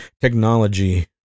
technology